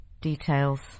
details